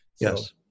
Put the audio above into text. Yes